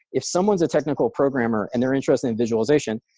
if someone's a technical programmer and they're interested in visualization,